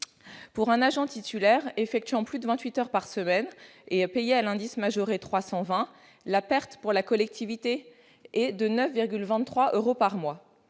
Pour un agent titulaire effectuant plus de 28 heures par semaine et payé à l'indice majoré 320, la perte pour la collectivité est de 9,23 euros par mois